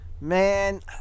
Man